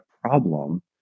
problem